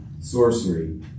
sorcery